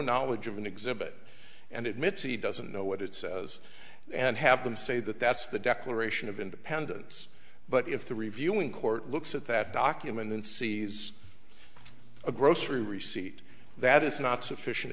knowledge of an exhibit and at mit's he doesn't know what it says and have them say that that's the declaration of independence but if the reviewing court looks at that document and sees a grocery receipt that is not sufficient